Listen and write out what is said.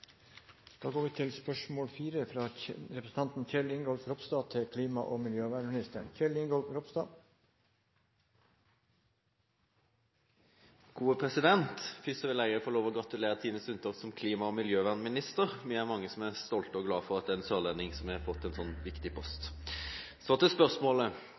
Først vil også jeg få gratulere Tine Sundtoft som klima- og miljøvernminister. Vi er mange som er stolt av og glad for at det er en sørlending som har fått en slik viktig post. Så til spørsmålet: